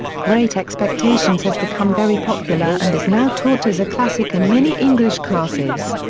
great expectations has become very popular and is now taught as a classic in many english classes.